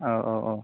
औ औ औ